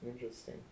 Interesting